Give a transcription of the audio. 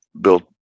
built